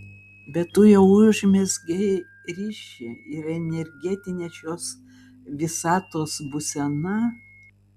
bet tu jau užmezgei ryšį ir energetinė šios visatos būsena